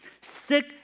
Sick